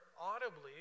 audibly